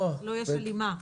אצלו יש הלימה.